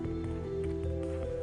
(הקרנת סרטון).